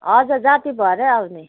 हजुर जाती भएरै आउने